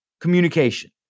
communication